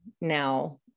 now